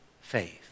faith